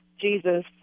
Jesus